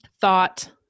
thought